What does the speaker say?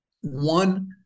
one